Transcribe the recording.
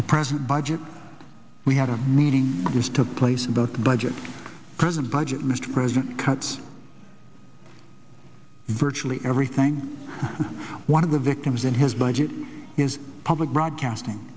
the present budget we had a meeting this took place in the budget present budget mr president cut virtually everything one of the victims in his budget is public broadcasting